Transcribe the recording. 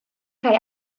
rhai